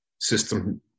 system